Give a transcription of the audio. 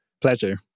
Pleasure